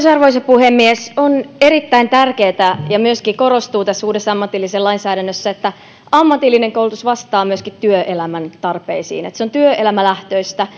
arvoisa puhemies on erittäin tärkeätä ja myöskin korostuu tässä uudessa ammatillisessa lainsäädännössä että ammatillinen koulutus vastaa myöskin työelämän tarpeisiin että se on työelämälähtöistä